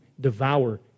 devour